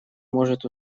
может